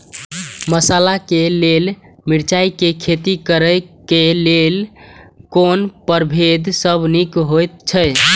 मसाला के लेल मिरचाई के खेती करे क लेल कोन परभेद सब निक होयत अछि?